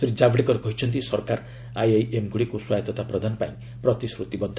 ଶ୍ରୀ ଜାବଡେକର କହିଛନ୍ତି ସରକାର ଆଇଆଇଏମ୍ଗୁଡ଼ିକୁ ସ୍ୱାୟଉତା ପ୍ରଦାନପାଇଁ ପ୍ରତିଶ୍ରତିବଦ୍ଧ